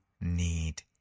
need